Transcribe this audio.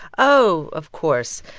oh, of course.